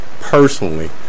personally